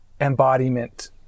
embodiment